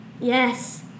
Yes